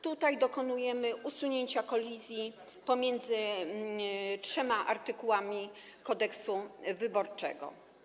Tutaj dokonujemy usunięcia kolizji pomiędzy trzema artykułami Kodeksu wyborczego.